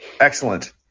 Excellent